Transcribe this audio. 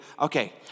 okay